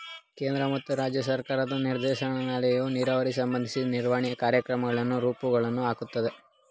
ಕೇಂದ್ರ ಮತ್ತು ರಾಜ್ಯ ಸರ್ಕಾರದ ನಿರ್ದೇಶನಾಲಯಗಳು ನೀರಾವರಿ ಸಂಬಂಧಿ ನಿರ್ವಹಣೆಯ ಕಾರ್ಯಕ್ರಮಗಳ ರೂಪುರೇಷೆಯನ್ನು ಹಾಕುತ್ತಾರೆ